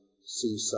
seaside